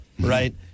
right